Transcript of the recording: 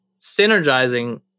synergizing